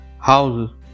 houses